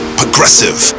progressive